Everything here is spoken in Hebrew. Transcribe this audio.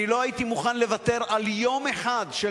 אני לא הייתי מוכן לוותר על יום אחד של